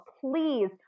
please